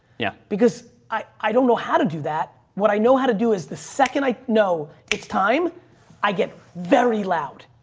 yeah. because i don't know how to do that. what i know how to do is the second i know it's time i get very loud.